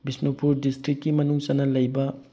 ꯕꯤꯁꯅꯨꯄꯨꯔ ꯗꯤꯁꯇ꯭ꯔꯤꯛꯀꯤ ꯃꯅꯨꯡ ꯆꯟꯅ ꯂꯩꯕ